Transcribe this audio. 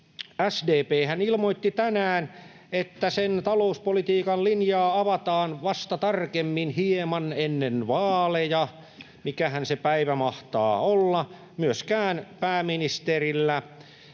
SDP:hän ilmoitti tänään, että sen talouspolitiikan linjaa avataan tarkemmin vasta hieman ennen vaaleja. Mikähän se päivä mahtaa olla? Myöskään pääministerillä,